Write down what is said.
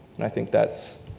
and i think that's,